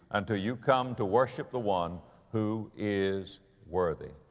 until you come to worship the one who is worthy.